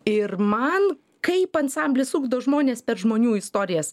ir man kaip ansamblis ugdo žmones per žmonių istorijas